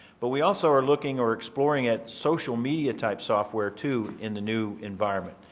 but we also are looking or exploring at social media type software too in the new environment,